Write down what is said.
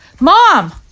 Mom